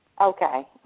okay